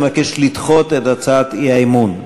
הוא מבקש לדחות את הצעת האי-אמון.